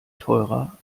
teurer